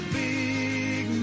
big